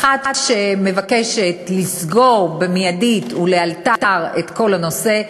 אחת שמבקשת לסגור מייד ולאלתר את כל הנושא,